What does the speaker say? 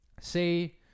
say